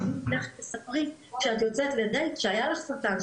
תספרי כשאת יוצאת לדייט שהיה לך סרטן,